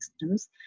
systems